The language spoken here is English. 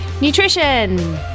Nutrition